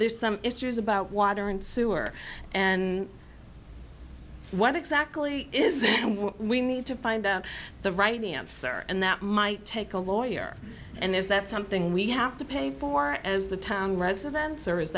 there's some issues about water and sewer and what exactly is it we need to find the right answer and that might take a lawyer and is that something we have to pay for as the town residence or is